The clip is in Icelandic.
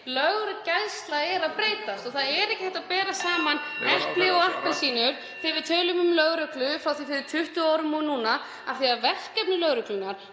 Löggæsla er að breytast og ekki er hægt að bera saman epli og appelsínur þegar við tölum um lögreglu frá því fyrir 20 árum og núna. Verkefni lögreglunnar,